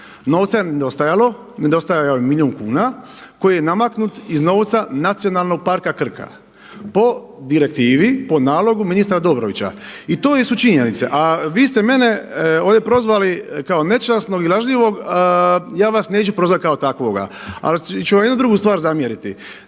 Novca je nedostajalo, nedostajao je milijun kuna koji je namaknut iz novca Nacionalnog parka Krka po direktivi, po nalogu ministra Dobrovića. I to su činjenice. A vi ste mene ovdje prozvali kao nečasnog i lažljivog, ja vas neću prozvati kao takvoga. Ali ću vam jednu drugu stvar zamjeriti.